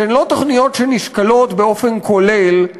שהן לא תוכניות שנשקלות באופן כולל,